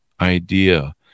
Idea